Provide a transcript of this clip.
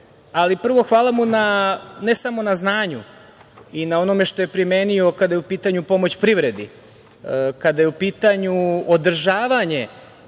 ali prvo hvala mu ne samo na znanju i na onome što je primenio kada je u pitanju pomoć privredi, kada je u pitanju održavanje